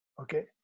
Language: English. okay